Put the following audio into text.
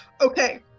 Okay